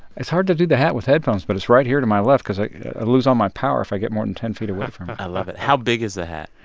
it's hard to do the hat with headphones, but it's right here to my left because i lose all my power if i get more than ten feet away from it i love it. how big is the hat?